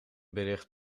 bericht